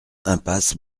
impasse